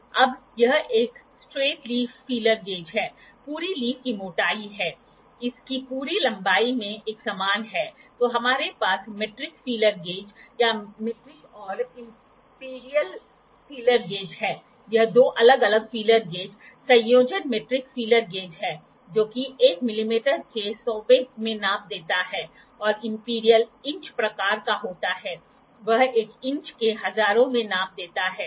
अब यह एक स्ट्रेट लीफ फीलर गेज है पूरी लीफ की मोटाई है इसकी पूरी लंबाई में एक समान है तो हमारे पास मीट्रिक फीलर गेज या मीट्रिक और इंपीरियल फीलर गेज है यह दो अलग अलग फीलर गेज संयोजन मीट्रिक फीलर गेज है जो एक मिलीमीटर के सौवें में नाप देता है और इंपीरियल इंच प्रकार का होता है वह एक इंच के हजारों में नाप देता है